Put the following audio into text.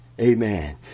Amen